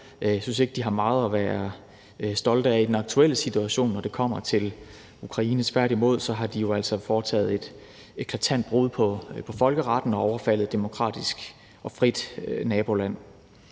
Jeg synes ikke, de har meget at være stolte af i den aktuelle situation, når det kommer til Ukraine. Tværtimod har de jo altså foretaget et eklatant brud på folkeretten og overfaldet et demokratisk og frit naboland.